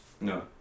No